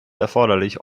erforderlich